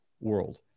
world